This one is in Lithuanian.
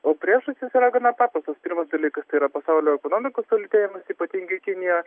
o priežastys yra gana paprastos pirmas dalykas tai yra pasaulio ekonomikos sulėtėjimas ypatingai kinijoj